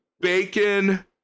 bacon